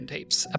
Tapes